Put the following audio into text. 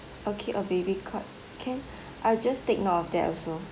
okay a baby cot can I'll just take note of that also